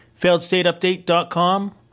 failedstateupdate.com